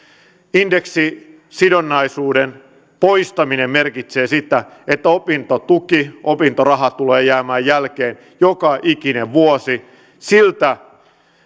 indeksisidonnaisuuden poistaminen merkitsee sitä että opintotuki opintoraha tulee jäämään jälkeen joka ikinen vuosi siltä